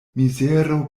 mizero